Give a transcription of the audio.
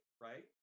Right